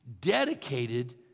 dedicated